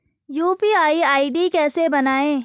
UPI ID कैसे बनायें?